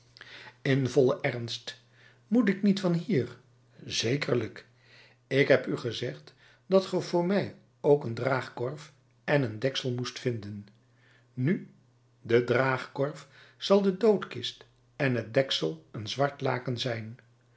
in vollen ernst moet ik niet van hier zekerlijk ik heb u gezegd dat ge voor mij ook een draagkorf en een deksel moest vinden nu de draagkorf zal de doodkist en het deksel een zwart laken zijn